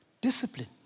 Discipline